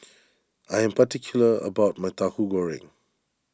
I am particular about my Tauhu Goreng